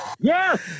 Yes